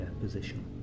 position